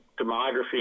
demography